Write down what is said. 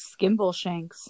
Skimbleshanks